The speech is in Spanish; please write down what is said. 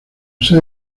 sede